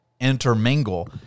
intermingle